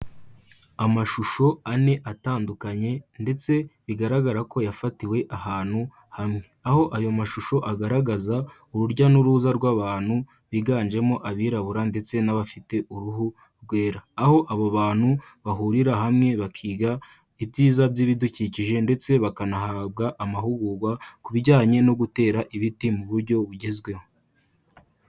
Amashusho ane atandukanye ndetse bigaragara ko yafatiwe ahantu hamwe. Aho ayo mashusho agaragaza urujya n'uruza rw'abantu biganjemo abirabura ndetse n'abafite uruhu rwera, aho abo bantu bahurira hamwe bakiga ibyiza by'ibidukikije ndetse bakanahabwa amahugurwa ku bijyanye no gutera ibiti mu buryo bugezweho.